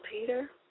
Peter